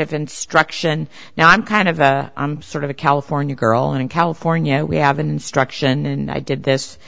of instruction now i'm kind of sort of a california girl in california we have an instruction and i did this